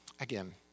again